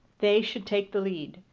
they should take the lead.